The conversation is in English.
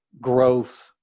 growth